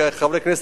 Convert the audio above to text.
חברי כנסת,